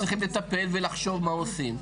אנחנו צריכים לטפל ולחשוב מה עושים.